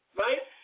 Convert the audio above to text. right